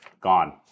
gone